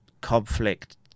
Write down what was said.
conflict